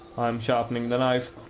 i am sharpening the knife,